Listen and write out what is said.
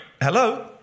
Hello